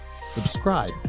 subscribe